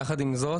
יחד עם זאת,